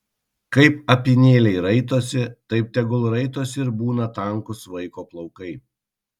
kaip apynėliai raitosi taip tegul raitosi ir būna tankūs vaiko plaukai